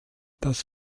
das